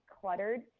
cluttered